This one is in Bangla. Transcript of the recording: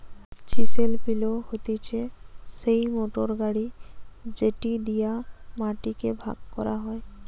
চিসেল পিলও হতিছে সেই মোটর গাড়ি যেটি দিয়া মাটি কে ভাগ করা হয়